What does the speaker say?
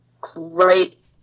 great